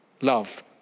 love